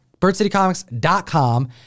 birdcitycomics.com